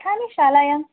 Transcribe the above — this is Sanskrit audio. इखानि शालायां